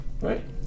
Right